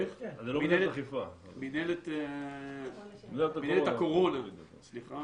מנהלת הקורונה, סליחה,